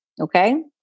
Okay